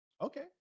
Okay